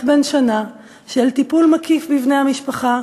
בן שנה של טיפול מקיף בבני המשפחה,